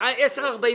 עד סוף השבוע.